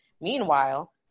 Meanwhile